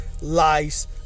Lies